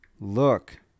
Look